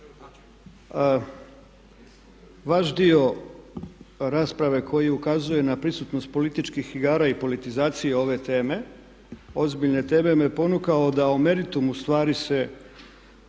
Vaš dio rasprave koji ukazuje na prisutnost političkih igara i politizacije ove teme, ozbiljne teme me ponukao da o meritumu stvari se